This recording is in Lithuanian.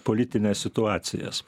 politines situacijas